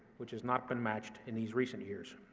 which has not been matched in these recent years.